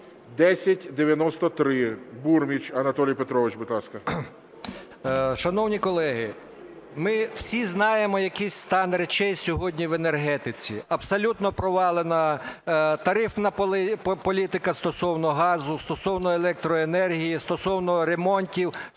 1093, Бурміч Анатолій Петрович. Будь ласка. 14:15:29 БУРМІЧ А.П. Шановні колеги, ми всі знаємо, який стан речей сьогодні в енергетиці. Абсолютно провалена тарифна політика стосовно газу, стосовно електроенергії і стосовно ремонтів,